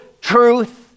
truth